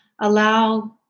allow